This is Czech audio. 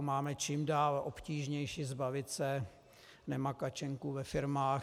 Máme čím dál obtížnější zbavit se nemakačenků ve firmách.